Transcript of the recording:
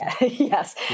yes